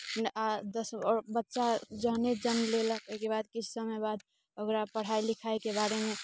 आ दश आओर बच्चा जहने जन्म लेलक ओहिके बाद किछु समय बाद ओकरा पढ़ाइ लिखाइके बारेमे